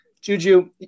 Juju